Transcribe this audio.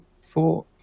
four